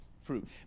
fruit